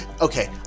Okay